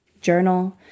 journal